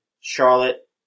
Charlotte